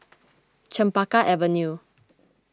Chempaka Avenue